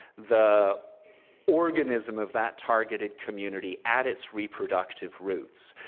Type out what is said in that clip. the organism of that targeted community at its reproductive roots,